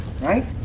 right